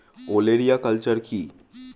ওলেরিয়া কালচার কি?